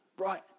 right